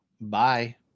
Bye